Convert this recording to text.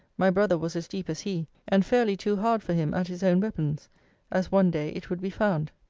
my brother was as deep as he, and fairly too hard for him at his own weapons as one day it would be found.